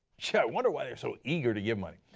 yeah wonder why they are so eager to give money.